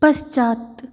पश्चात्